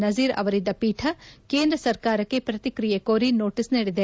ನಜೀರ್ ಅವರಿದ್ದ ಪೀಠ ಕೇಂದ್ರ ಸರ್ಕಾರಕ್ಕೆ ಪ್ರತಿಕ್ರಿಯೆ ಕೋರಿ ನೋಟಸ್ ನೀಡಿದೆ